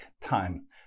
time